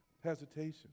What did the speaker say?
hesitation